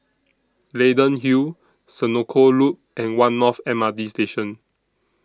Leyden Hill Senoko Loop and one North M R T Station